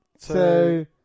two